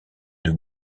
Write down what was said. deux